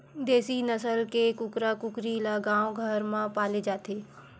देसी नसल के कुकरा कुकरी ल गाँव घर म पाले जाथे